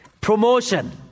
Promotion